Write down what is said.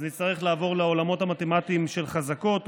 אז נצטרך לעבור לעולמות המתמטיים של חזקות,